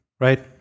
Right